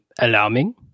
alarming